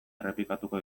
errepikatuko